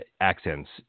accents